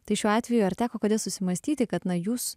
tai šiuo atveju ar teko kada susimąstyti kad na jūs